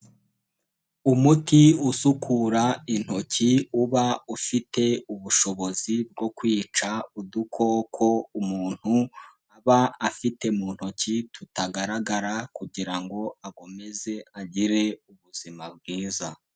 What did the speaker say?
Umuti usukura intoki, uba ufite ubushobozi bwo kwica udukoko umuntu aba afite mu ntoki tutagaragara, kugira ngo agomeze agire ubuzima bwiza.